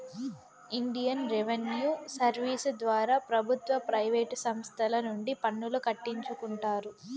Indian revenue service ద్వారా ప్రభుత్వ private సంస్తల నుండి పన్నులు కట్టించుకుంటారు